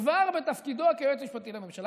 כבר בתפקידו כיועץ משפטי לממשלה.